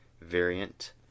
variant